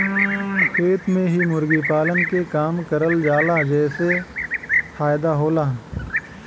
खेत में ही मुर्गी पालन के काम करल जाला जेसे फायदा होला